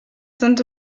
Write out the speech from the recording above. sind